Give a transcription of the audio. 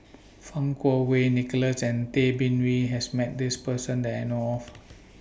Fang Kuo Wei Nicholas and Tay Bin Wee has Met This Person that I know of